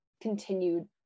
continued